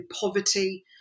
poverty